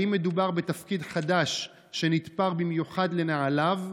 3. האם מדובר בתפקיד חדש שנתפר במיוחד לנעליו?